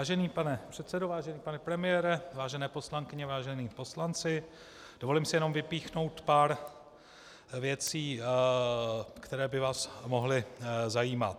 Vážený pane předsedo, vážený pane premiére, vážené poslankyně, vážení poslanci, dovolím si jenom vypíchnout pár věcí, které by vás mohly zajímat.